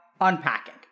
unpacking